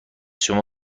شما